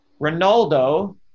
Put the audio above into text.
Ronaldo